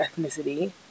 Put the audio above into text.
ethnicity